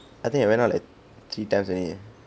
I think I went out like three times only eh